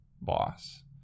boss